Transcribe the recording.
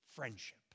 Friendship